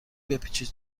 بپیچید